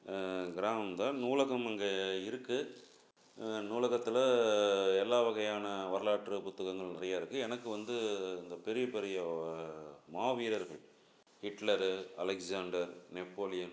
கிராமம் தான் நூலகம் அங்கே இருக்குது அந்த நூலகத்தில் எல்லா வகையான வரலாற்றுப் புத்தகங்கள் நிறையா இருக்குது எனக்கு வந்து இந்த பெரியப் பெரிய மாவீரர்கள் ஹிட்லரு அலெக்ஸாண்டர் நெப்போலியன்